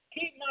keep